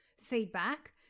feedback